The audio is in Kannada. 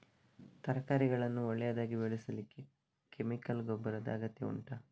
ತರಕಾರಿಗಳನ್ನು ಒಳ್ಳೆಯದಾಗಿ ಬೆಳೆಸಲಿಕ್ಕೆ ಕೆಮಿಕಲ್ ಗೊಬ್ಬರದ ಅಗತ್ಯ ಉಂಟಾ